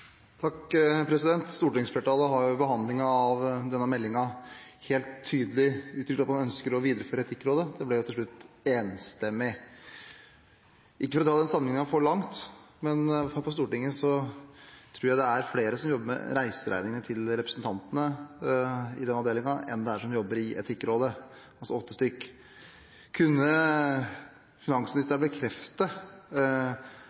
Stortingsflertallet har ved behandlingen av denne meldingen helt tydelig uttrykt at man ønsker å videreføre Etikkrådet. Det ble til slutt enstemmig. Ikke for å dra den sammenligningen for langt, men her på Stortinget tror jeg det er flere som jobber med reiseregninger til representantene i den avdelingen, enn det er som jobber i Etikkrådet – altså åtte stykker. Kunne